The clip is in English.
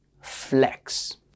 flex